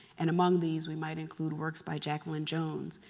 and among these we might include works by jacqueline jones,